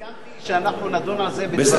הסכמתי שאנחנו נדון על זה בוועדה.